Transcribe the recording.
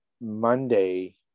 Monday